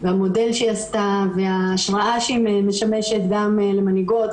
המודל היא עשתה וההשראה שהיא משמשת גם למנהיגות,